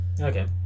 Okay